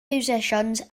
musicians